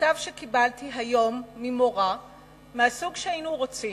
מכתב שקיבלתי היום ממורה מהסוג שהיינו רוצים: